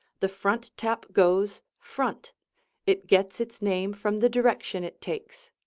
the front tap goes front it gets its name from the direction it takes.